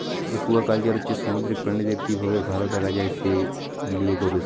aquaculture হচ্ছে সামুদ্রিক প্রাণীদের কি ভাবে ভাল থাকা যায় সে লিয়ে গবেষণা